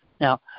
Now